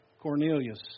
Cornelius